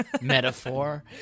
metaphor